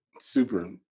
Super